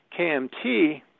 KMT